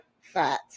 fat